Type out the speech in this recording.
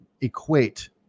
equate